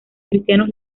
cristianos